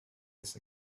his